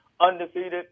undefeated